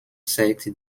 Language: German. zeigt